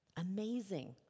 Amazing